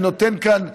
אני נותן כאן,